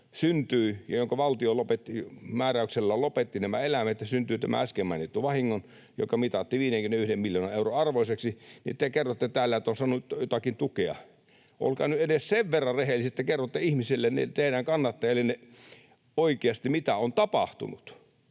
kun valtio määräyksellään lopetti nämä eläimet ja syntyi tämä äsken mainittu vahinko, joka mitattiin 51 miljoonan euron arvoiseksi, niin te kerrotte täällä, että on saanut jotakin tukea. Olkaa nyt edes sen verran rehellisiä, että kerrotte ihmisille, teidän kannattajillenne, mitä on oikeasti tapahtunut.